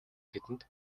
тэдэнд